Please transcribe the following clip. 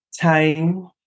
time